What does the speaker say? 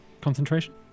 concentration